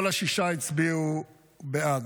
כל השישה הצביעו בעד.